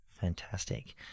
Fantastic